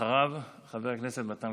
אחריו, חבר הכנסת מתן